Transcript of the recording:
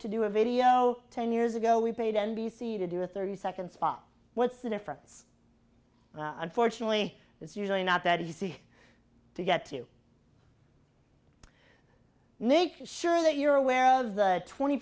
to do a video ten years ago we paid n b c to do a thirty second spot what's the difference unfortunately it's usually not that easy to get to make sure that you're aware of the twenty